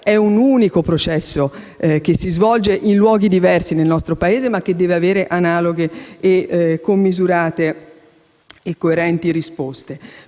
è un unico processo che si svolge in luoghi diversi nel nostro Paese, ma che deve avere analoghe, commisurate e coerenti risposte.